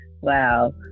Wow